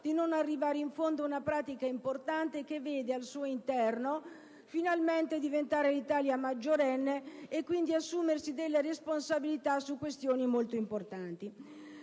di non arrivare in fondo ad una pratica importante che vede l'Italia diventare finalmente maggiorenne e quindi assumersi responsabilità su questioni molto importanti.